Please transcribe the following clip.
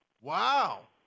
Wow